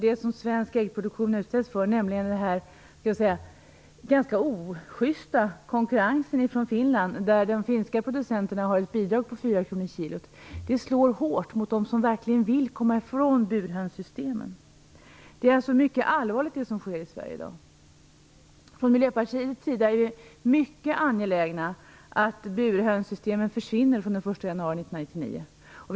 Den ganska ojusta konkurrensen just nu från Finland, som ger de finska producenterna ett bidrag om 4 kr per kilo, slår hårt mot dem som verkligen vill komma ifrån burhönssystemen. Det som sker i Sverige i dag är alltså mycket allvarligt. Vi är från Miljöpartiets sida mycket angelägna om att burhönssystemen försvinner den 1 januari 1999.